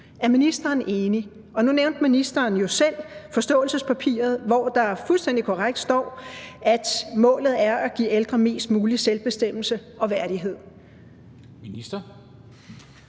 Er ministeren enig? Og nu nævnte ministeren jo selv forståelsespapiret, hvor der fuldstændig korrekt står, at målet er at give ældre mest mulig selvbestemmelse og værdighed. Kl.